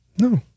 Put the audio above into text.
No